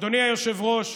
אדוני היושב-ראש,